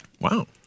Wow